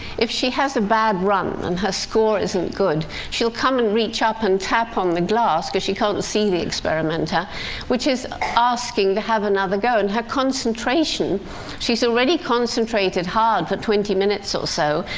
if she has a bad run, and her score isn't good, she'll come and reach up and tap on the glass because she can't see the experimenter which is asking to have another go. and her concentration she's already concentrated hard for twenty minutes or so,